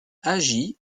agit